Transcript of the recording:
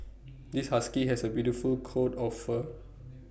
this husky has A beautiful coat of fur